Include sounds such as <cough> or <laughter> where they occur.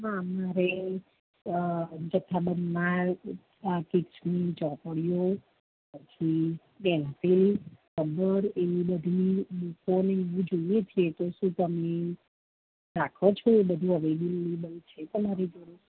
હા મારે જથ્થા બંધ માલ આકે જૂની ચોપળીઓ પછી પેન્સિલ રબળ એવું બધુ <unintelligible> જોઈએ છે તો શું તમે રાખો છો એ બધુ અવેલેબલ છે તમારી જોળે